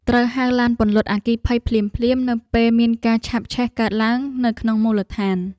ត្រូវហៅឡានពន្លត់អគ្គិភ័យភ្លាមៗនៅពេលមានការឆាបឆេះកើតឡើងនៅក្នុងមូលដ្ឋាន។